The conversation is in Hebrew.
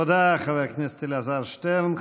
תודה, חבר הכנסת אלעזר שטרן.